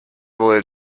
wohl